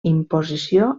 imposició